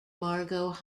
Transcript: margot